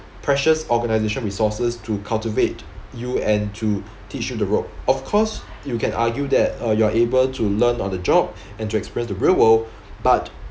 precious organisation resources to cultivate you and to teach you the rope of course you can argue that uh you are able to learn on the job and to experience real world but